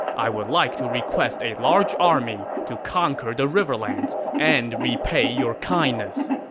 i would like to request a large army to conquer the riverlands and repay your kindness.